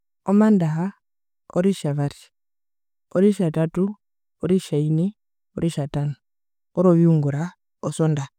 Omandaha, oritjavari, oritjatatu, oritjaine. Orritjatano, oroviungura, osondaha